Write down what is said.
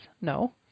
no